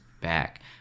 back